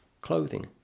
clothing